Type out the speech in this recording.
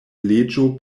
leĝo